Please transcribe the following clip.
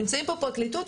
נמצאים פה הפרקליטות.